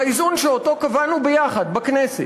והאיזון שאותו קבענו יחד, בכנסת,